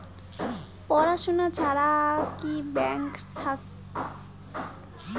পড়াশুনা ছাড়া ব্যাংক থাকি লোন নেওয়া যায় কি?